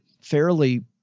fairly